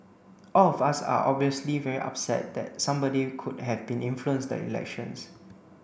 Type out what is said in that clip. all of us are obviously very upset that somebody could have been influenced the election